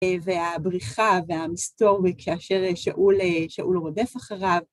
אה והבריחה והמסתור כאשר אהה שאול, אהה, שאול רודף אחריו